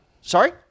Sorry